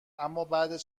امابعد